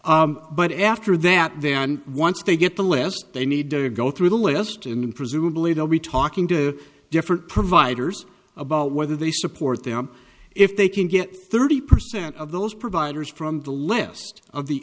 pursuing but after that they are and once they get the less they need to go through the list and presumably they'll be talking to different providers about whether they support them if they can get thirty percent of those providers from the list of the